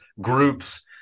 groups